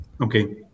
Okay